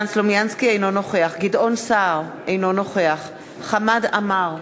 אינו נוכח גדעון סער, אינו נוכח חמד עמאר,